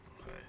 Okay